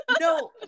No